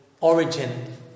origin